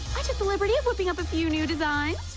the liberty is whipping up a few new design